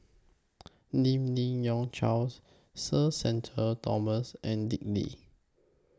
Lim Yi Yong Charles Sir Shenton Thomas and Dick Lee